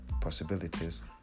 possibilities